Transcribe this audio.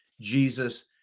Jesus